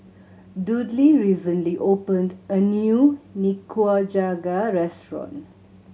Dudley recently opened a new Nikujaga restaurant